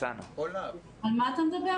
על מה אתה מדבר?